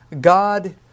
God